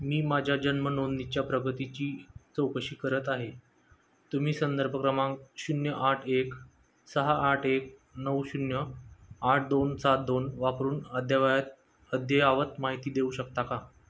मी माझ्या जन्म नोंदणीच्या प्रगतीची चौकशी करत आहे तुम्ही संदर्भ क्रमांक शून्य आठ एक सहा आठ एक नऊ शून्य आठ दोन सात दोन वापरून अद्यावयात अद्ययावत माहिती देऊ शकता का